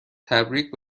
تبریک